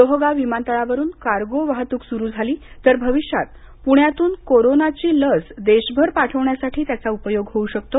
लोहगाव विमानतळावरून कार्गो वाहतूक सुरू झाली तर भविष्यात प्ण्यातून कोरोनाची लस देशभर पाठवण्यासाठीही त्याचा उपयोग होऊ शकतो